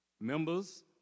Members